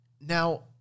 Now